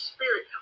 Spirit